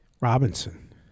Robinson